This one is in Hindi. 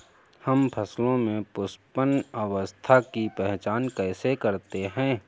हम फसलों में पुष्पन अवस्था की पहचान कैसे करते हैं?